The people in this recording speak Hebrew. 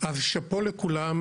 אז שאפו לכולם.